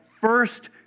first